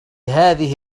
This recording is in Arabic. هذه